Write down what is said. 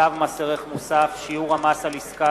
צו מס ערך מוסף (שיעור המס על עסקה